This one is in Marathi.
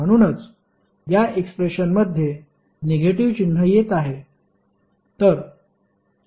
म्हणूनच या एक्सप्रेशनमध्ये निगेटिव्ह चिन्ह येत आहे